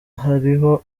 hariho